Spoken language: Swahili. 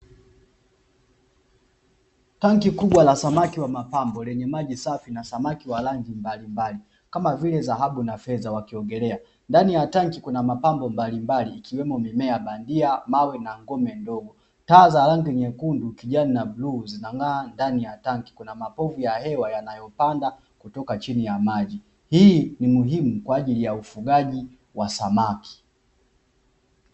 Tanki kubwa la samaki wa mapambo lenye maji safi na samaki wa rangi mbalimbali kama vile dhahabu na feza wakiogelea ndani ya tanki kuna mapambo mbalimbali ikiwemo mimea bandia mawe na kome ndogo taa za rangi nyekundu, kijani, na bluu zinang'aa ndani ya tanki kuna mapovu ya hewa yanayopanda kutoka chini ya maji hii ni muhimu kwaajili ya ufugaji wa samaaki.